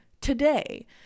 today